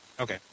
Okay